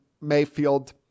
Mayfield